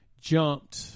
jumped